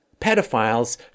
pedophiles